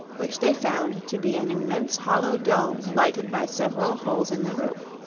which they found to be an immense hollow dome lighted by several holes in the roof.